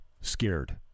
scared